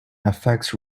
affects